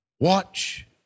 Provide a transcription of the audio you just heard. watch